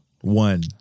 One